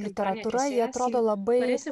literatūra ji atrodo labai